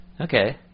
Okay